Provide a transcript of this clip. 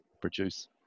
produce